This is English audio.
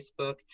Facebook